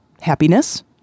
Happiness